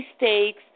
mistakes